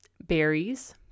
berries